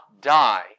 die